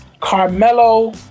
Carmelo